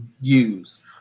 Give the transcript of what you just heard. use